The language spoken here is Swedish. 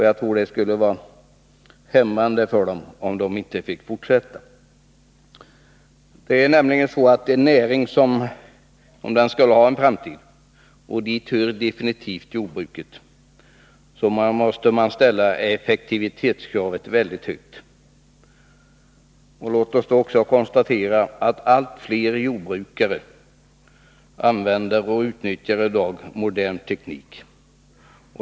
Jag tror att det skulle vara främmande för dem, om de inte fick fortsätta. Om en näringsgren skall ha någon framtid, och det har onekligen jordbruket, måste kravet på effektivitet ställas väldigt högt. Låt oss konstatera att allt fler jordbrukare använder modern teknik.